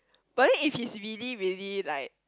but then if he's really really like